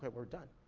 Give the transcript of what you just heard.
but we're done.